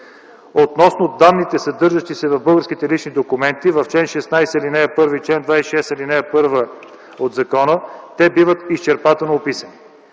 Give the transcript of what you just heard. Относно данните, съдържащи се в българските лични документи, в чл. 16, ал. 1 и чл. 26, ал. 1 от закона, те биват изчерпателно описани.